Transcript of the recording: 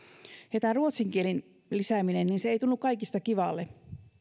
ja tämä ruotsin kielen lisääminen se ei tunnu kaikista kivalle